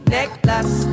Necklace